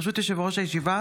ברשות יושב-ראש הישיבה,